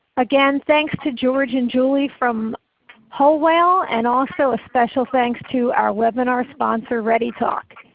again, thanks to george and julie from whole whale. and also a special thanks to our webinar sponsor readytalk.